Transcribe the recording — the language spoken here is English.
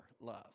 love